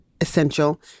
essential